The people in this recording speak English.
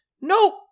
Nope